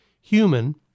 human